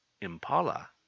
Impala